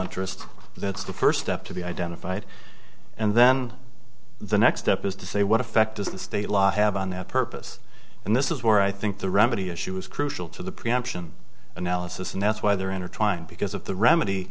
interest that's the first step to be identified and then the next step is to say what effect does the state law have on that purpose and this is where i think the remedy issue is crucial to the preemption analysis and that's why they're intertwined because of the remedy